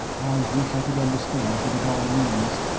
i wish i could understand what it all means.